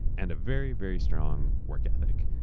and a very, very strong work ethic.